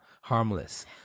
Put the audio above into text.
harmless